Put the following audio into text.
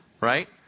right